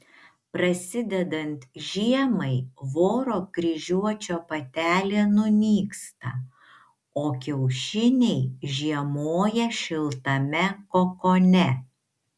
prasidedant žiemai voro kryžiuočio patelė nunyksta o kiaušiniai žiemoja šiltame kokone